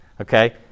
okay